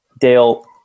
Dale